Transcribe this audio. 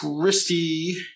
Christy